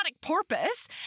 porpoise